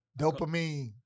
Dopamine